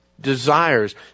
desires